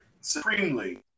supremely